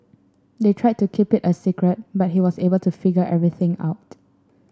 they tried to keep it a secret but he was able to figure everything out